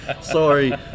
sorry